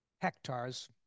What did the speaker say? hectares